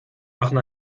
machen